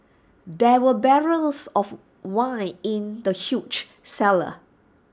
there were barrels of wine in the huge cellar